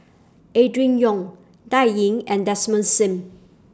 Adrin Loi Dan Ying and Desmond SIM